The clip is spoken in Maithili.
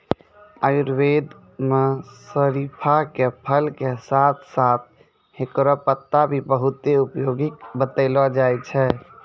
आयुर्वेद मं शरीफा के फल के साथं साथं हेकरो पत्ता भी बहुत उपयोगी बतैलो जाय छै